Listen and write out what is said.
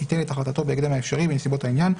בהקדם האפשרי בנסיבות העניין,